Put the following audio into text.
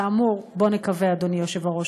כאמור, בוא נקווה, אדוני היושב-ראש.